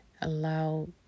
allow